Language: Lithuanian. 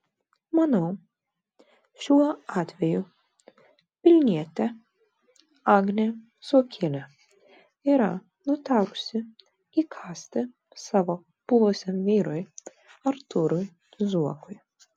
manau šiuo atveju vilnietė agnė zuokienė yra nutarusi įkąsti savo buvusiam vyrui artūrui zuokui